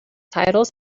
titles